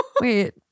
Wait